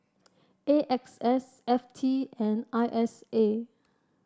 A X S F T and I S A